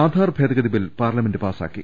ആധാർ ഭേദഗതി bill parliament പാസാക്കി